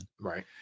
Right